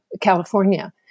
California